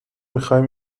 میخواهیم